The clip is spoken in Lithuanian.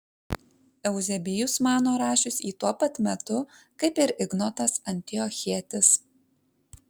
euzebijus mano rašius jį tuo pat metu kaip ir ignotas antiochietis